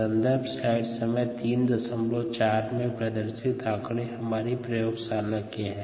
सन्दर्भ स्लाइड समय 0304 में प्रदर्शित आकड़े हमारी प्रयोगशाला के है